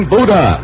Buddha